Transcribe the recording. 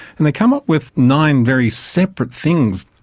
and they came up with nine very separate things.